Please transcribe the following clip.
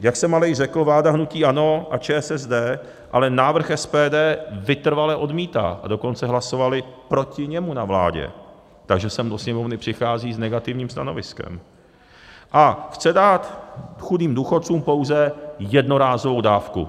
Jak jsem ale již řekl, vláda hnutí ANO a ČSSD ale návrh SPD vytrvale odmítá, a dokonce hlasovali proti němu na vládě, takže sem do Sněmovny přichází s negativním stanoviskem a chce dát chudým důchodcům pouze jednorázovou dávku.